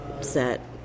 set